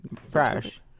fresh